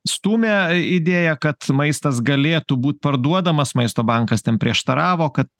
stumia idėją kad maistas galėtų būt parduodamas maisto bankas tam prieštaravo kad